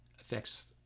affects